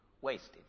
wasted